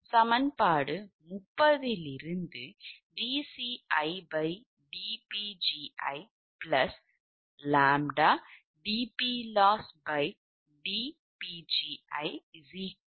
சமன்பாடு 30 இலிருந்து dcidPgiʎdPlossdPgiʎ நாம் பெறுகிறோம்